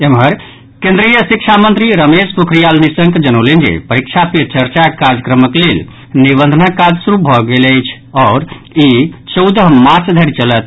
एम्हर केन्द्रीय शिक्षा मंत्री रमेश पोखरियाल निशंक जनौलनि जे परीक्षा पे चर्चा कार्यक्रमक लेल निबंधनक काज शुरू भऽ गेल अछि आओर ई चौदह मार्च धरि चलत